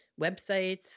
websites